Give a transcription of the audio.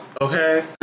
Okay